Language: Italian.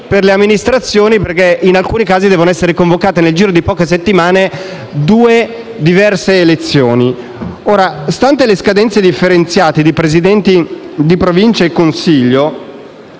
per le amministrazioni, perché, in alcuni casi, devono essere convocate nel giro di poche settimane due elezioni diverse. Ora, stanti le scadenze differenziate dei presidenti delle Province e del Consiglio,